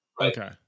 Okay